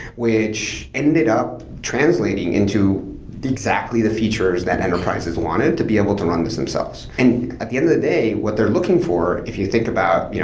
which ended up translating into exactly the features that enterprises wanted to be able to learn this themselves. and at the end of the day, what they're looking for, if you think about you know